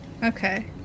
okay